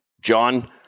John